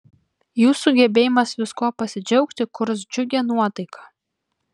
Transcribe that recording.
jūsų gebėjimas viskuo pasidžiaugti kurs džiugią nuotaiką